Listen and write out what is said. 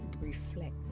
reflect